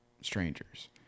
strangers